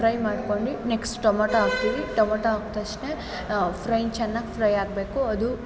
fry ಮಾಡ್ಕೊಂಡು next tomato ಹಾಕ್ತೀವಿ tomato ಹಾಕ್ ತಕ್ಷ್ಣ ಫ್ರೈನ್ನ ಚೆನ್ನಾಗಿ ಫ್ರೈ ಆಗಬೇಕು ಅದು